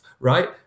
Right